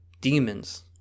Demons